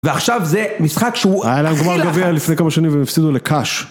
ועכשיו זה משחק שהוא הכי לחץ. היה לנו גמר גביע לפני כמה שנים והם הפסידו לקאש.